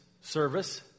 service